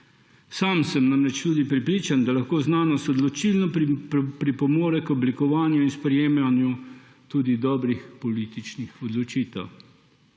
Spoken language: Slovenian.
Sam sem namreč tudi prepričan, da lahko znanost odločilno pripomore k oblikovanju in sprejemanju tudi dobrih političnih odločitev.